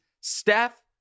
Steph